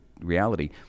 reality